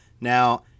Now